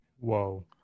Whoa